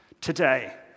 Today